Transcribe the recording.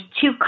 two